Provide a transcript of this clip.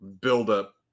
buildup